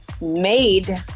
made